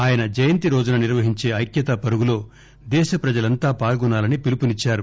ఆయన జయంతిరోజున నిర్వహించే ఐక్కతా పరుగులో దేశ ప్రజలంతా పాల్గొనాలని పిలుపునిచ్చారు